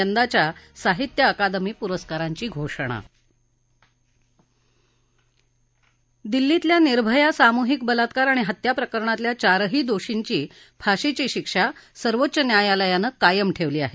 यंदाच्या साहित्य अकादमी पुरस्कारांची घोषणा दिल्लीतल्या निर्भया सामूहिक बलात्कार आणि हत्या प्रकरणातल्या चारही दोषींची फाशीची शिक्षा सर्वोच्च न्यायालयानं कायम ठेवली आहे